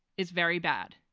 is very bad.